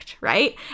right